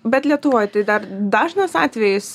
bet lietuvoj tai dar dažnas atvejis